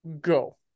Go